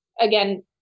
again